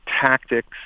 tactics